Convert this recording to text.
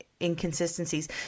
inconsistencies